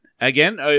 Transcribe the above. again